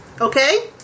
Okay